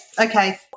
Okay